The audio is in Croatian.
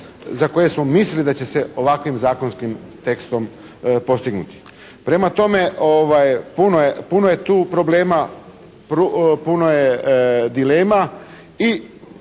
za koje smo mislili da će se ovakvim zakonskim tekstom postignuti. Prema tome, puno je tu problema, puno je dilema i